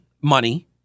money